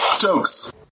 jokes